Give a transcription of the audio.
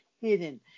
hidden